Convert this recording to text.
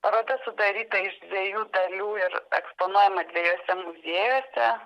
paroda sudaryta iš dviejų dalių ir eksponuojama dviejuose muziejuose